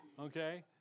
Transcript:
Okay